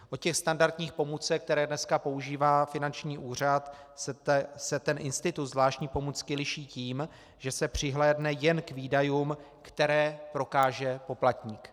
Od standardních pomůcek, které dneska používá finanční úřad, se ten institut zvláštní pomůcky liší tím, že se přihlédne jen k výdajům, které prokáže poplatník.